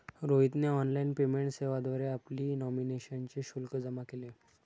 रोहितने online payment सेवेद्वारे आपली नॉमिनेशनचे शुल्क जमा केले